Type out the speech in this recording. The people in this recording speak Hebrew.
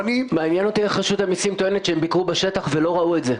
מעניין איך רשות המסים טוענת שהם ביקרו בשטח ולא ראו את זה.